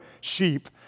sheep